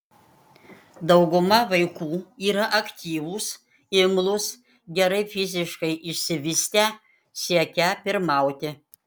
dauguma vaikų yra aktyvūs imlūs gerai fiziškai išsivystę siekią pirmauti